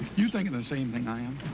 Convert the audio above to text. you thinking the same thing i am?